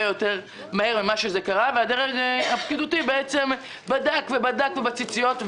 יותר ממה שקרה והדרג הפקידותי בדק ובדק בציציות.